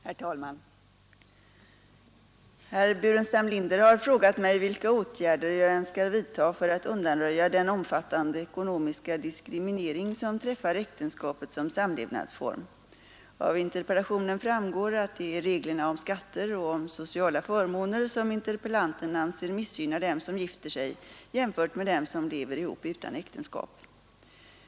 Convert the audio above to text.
Herr talman! Herr Burenstam Linder har frågat mig vilka åtgärder jag önskar vidta för att undanröja den omfattande ekonomiska diskriminering som träffar äktenskapet som samlevnadsform. Av interpellationen framgår att det är reglerna om skatter och om sociala förmåner som interpellanten anser missgynna dem som gifter sig jämfört med dem som lever ihop utan äktenskap.